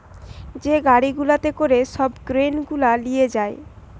যে গাড়ি গুলাতে করে সব গ্রেন গুলা লিয়ে যায়